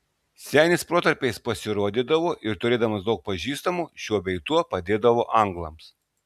senis protarpiais pasirodydavo ir turėdamas daug pažįstamų šiuo bei tuo padėdavo anglams